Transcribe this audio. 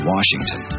Washington